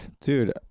Dude